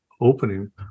opening